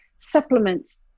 supplements